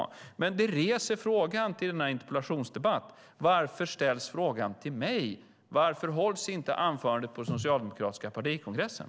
Detta väcker en fråga i denna interpellationsdebatt: Varför ställs frågan till mig? Varför håller inte Hannah Bergstedt sitt anförande på den socialdemokratiska partikongressen?